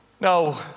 no